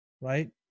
right